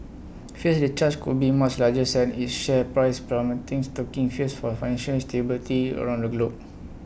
fears the charge could be much larger sent its share price plummeting stoking fears for financial stability around the globe